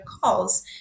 calls